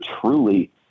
truly